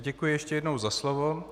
Děkuji ještě jednou za slovo.